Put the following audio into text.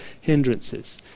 hindrances